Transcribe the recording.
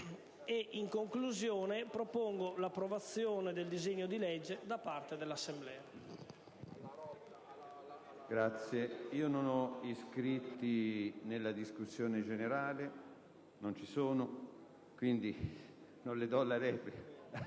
In conclusione, propongo l'approvazione del disegno di legge da parte dell'Assemblea.